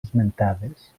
esmentades